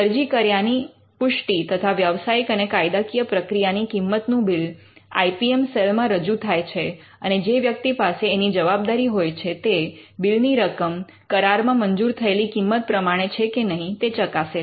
અરજી કર્યાની પુષ્ટિ તથા વ્યવસાયિક અને કાયદાકીય પ્રક્રિયાની કિંમતનું bill I P M cell મા રજુ થાય છે અને જે વ્યક્તિ પાસે એની જવાબદારી હોય છે તે બિલની રકમ કરારમાં મંજૂર થયેલી કિંમત પ્રમાણે છે કે નહીં તે ચકાસે છે